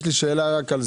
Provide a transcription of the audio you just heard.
יש לי שאלה על זה.